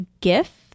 gif